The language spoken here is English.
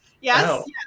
Yes